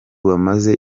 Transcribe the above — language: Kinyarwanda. bamaze